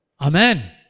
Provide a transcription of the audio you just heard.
Amen